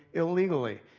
illegally,